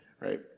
right